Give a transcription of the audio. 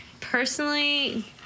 personally